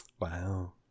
Wow